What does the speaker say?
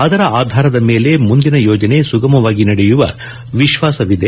ಅದರ ಆಧಾರದ ಮೇಲೆ ಮುಂದಿನ ಯೋಜನೆ ಸುಗಮವಾಗಿ ನಡೆಯುವ ವಿಶ್ವಾಸವಿದೆ